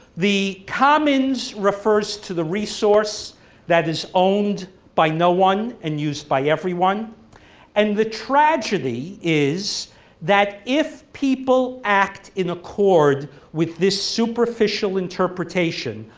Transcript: the commons refers to the resource that is owned by no one and used by everyone and the tragedy is that if people act in accord with this superficial interpretation,